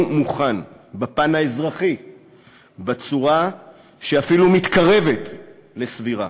מוכן בפן האזרחי בצורה שאפילו מתקרבת לסבירה